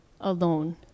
alone